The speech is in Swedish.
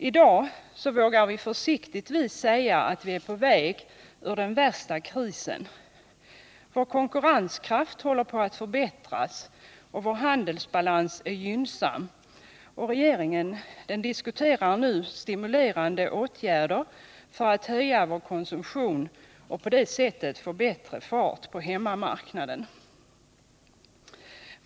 I dag vågar vi försiktigtvis säga att vi är på väg ur den värsta krisen. Vår konkurrenskraft håller på att förbättras, vår handelsbalans är gynnsam, och regeringen diskuterar nu stimulerande åtgärder för att höja vår konsumtion och på det sättet få bättre fart på hemmamarknaden.